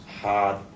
hard